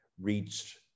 reached